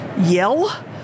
yell